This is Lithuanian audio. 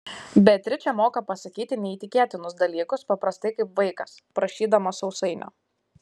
beatričė moka pasakyti neįtikėtinus dalykus paprastai kaip vaikas prašydamas sausainio